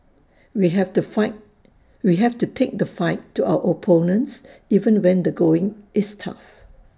we have to fight we have to take the fight to our opponents even when the going is tough